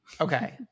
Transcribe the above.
Okay